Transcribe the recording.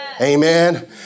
Amen